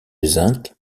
zinc